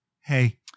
hey